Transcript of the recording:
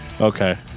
Okay